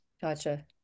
Gotcha